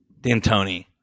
D'Antoni